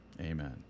Amen